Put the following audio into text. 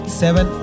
seven